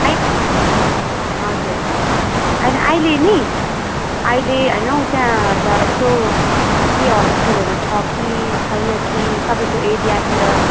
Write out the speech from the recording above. अहिले हजुर होइन अहिले नि अहिले होइन हो त्यहाँ त यसो केही हस्पिटलहरू छ कि छैन कि तपाईँको एरियातिर